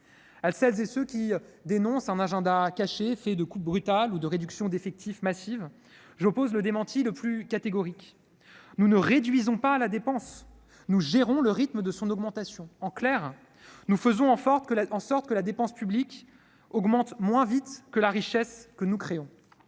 À celles et ceux qui dénoncent un agenda caché fait de coupes brutales et de réductions massives d'effectifs, j'oppose le démenti le plus catégorique : nous ne réduisons pas la dépense, nous gérons le rythme de son augmentation. Magnifique ! En clair, nous faisons en sorte que la dépense publique augmente moins vite que la richesse que nous créons.